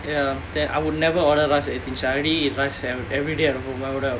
ya then I would never order rice at Eighteen Chefs I already eat rice ev~ everyday at home why would I